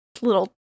Little